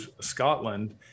Scotland